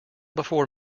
before